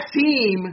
team